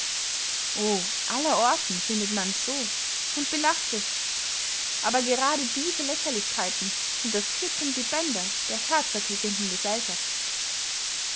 aller orten findet mans so und belacht es aber gerade diese lächerlichkeiten sind das kitt und die bänder der herzerquickenden gesellschaft